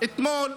אתמול,